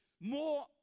more